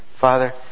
Father